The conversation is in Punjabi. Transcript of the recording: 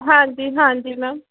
ਹਾਂਜੀ ਹਾਂਜੀ ਮੈਮ